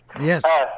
Yes